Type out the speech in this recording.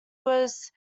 was